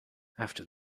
after